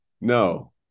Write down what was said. No